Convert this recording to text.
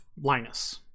Linus